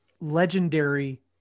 legendary